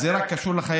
אז זה קשור רק לחיילים?